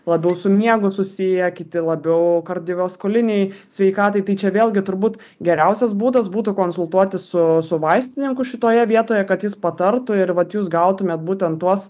labiau su miegu susiję kiti labiau kardiovaskulinei sveikatai tai čia vėlgi turbūt geriausias būdas būtų konsultuotis su su vaistininku šitoje vietoje kad jis patartų ir vat jūs gautumėt būtent tuos